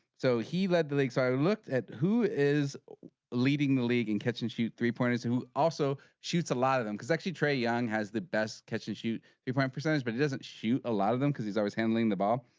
so he led the league so i looked at who is leading the league in catch and shoot three pointers who also shoots a lot of them because actually trae young has the best catch and shoot point percentage but it doesn't shoot a lot of them because he's always handling the ball.